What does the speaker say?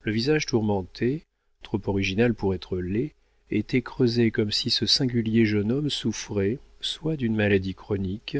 le visage tourmenté trop original pour être laid était creusé comme si ce singulier jeune homme souffrait soit d'une maladie chronique